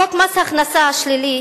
חוק מס הכנסה שלילי